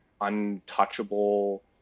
untouchable